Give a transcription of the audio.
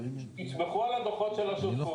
תסמכו על הדוחות של השותפות,